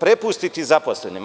prepustiti zaposlenima.